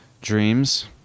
dreams